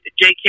jk